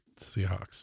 Seahawks